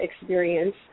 experience